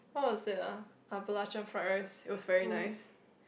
what was it ah ah belacan fried rice it was very nice